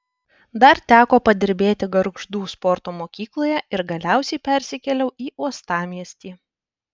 dar teko padirbėti gargždų sporto mokykloje ir galiausiai persikėliau į uostamiestį